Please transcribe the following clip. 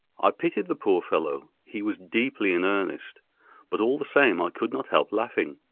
i pitied the poor fellow, he was deeply in earnest but all the same i could not help laughing.